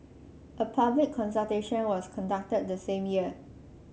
a public consultation was conducted the same year